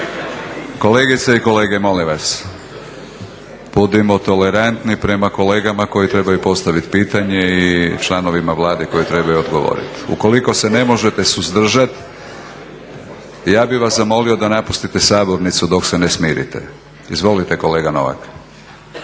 kolegice i kolege budimo tolerantni prema kolegama koji trebaju postaviti pitanje i članovima Vlade koji trebaju odgovoriti. Ukoliko se ne možete suzdržati ja bih vas zamolio da napustite sabornicu dok se ne smirite. Izvolite kolega Novak.